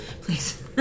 Please